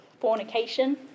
fornication